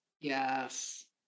Yes